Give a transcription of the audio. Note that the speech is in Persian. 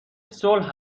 صلح